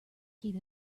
keep